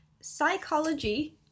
Psychology